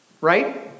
right